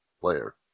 player